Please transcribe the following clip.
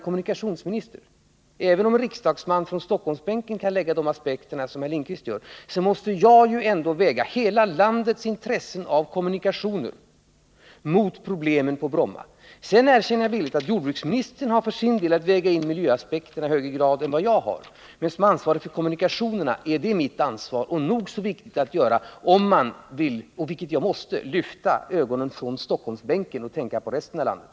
Och även om en riksdagsman från Stockholmsbänken kan lägga de aspekter på frågan som herr Lindkvist gör, så måste i varje fall jag som kommunikationsminister väga hela landets intresse av kommunikationer mot problemen på Bromma. Sedan erkänner jag villigt att jordbruksministern för sin del har att väga in miljöaspekterna i högre grad än jag, men eftersom jag bär ansvaret för kommunikationerna är det här mitt ansvar. Det är då nog så viktigt att lyfta ögonen från Stockholmsbänken och tänka även på resten av landet.